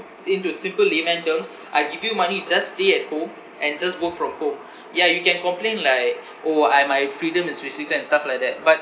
into simple layman terms I give you money just stay at home and just work from home ya you can complain like orh I my freedom is restricted and stuff like that but